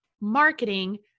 marketing